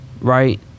right